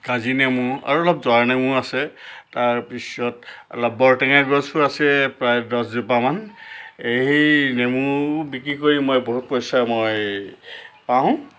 কাজি নেমু আৰু অলপ জৰা নেমুও আছে তাৰপিছত অলপ বৰটেঙাৰ গছো আছে প্ৰায় দহজোপামান এই সেই নেমু বিকি কৰি মই বহুত পইচা মই পাওঁ